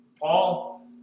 Paul